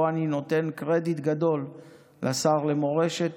פה אני נותן קרדיט גדול לשר למורשת